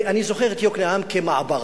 אני זוכר את יוקנעם כמעברה,